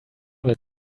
that